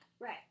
Right